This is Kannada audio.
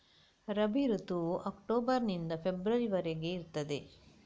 ರಬಿ ಋತುವು ಅಕ್ಟೋಬರ್ ನಿಂದ ಫೆಬ್ರವರಿ ವರೆಗೆ ಇರ್ತದೆ